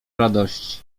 radości